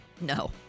No